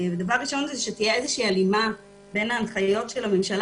דבר ראשון שתהיה איזו שהיא הלימה בין ההנחיות של הממשלה